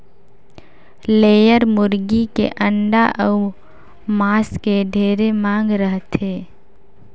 layer मुरगी के अंडा अउ मांस के ढेरे मांग रहथे